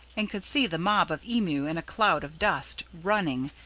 and could see the mob of emu in a cloud of dust, running,